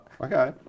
Okay